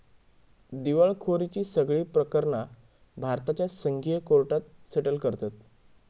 दिवळखोरीची सगळी प्रकरणा भारताच्या संघीय कोर्टात सेटल करतत